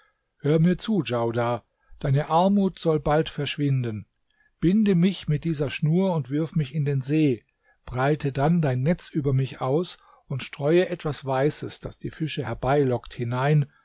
höre mir zu djaudar deine armut soll bald verschwinden binde mich mit dieser schnur und wirf mich in den see breite dann dein netz über mich aus und streue etwas weißes das die fische herbeilockt hinein